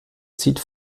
zieht